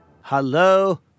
Hello